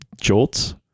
Jolts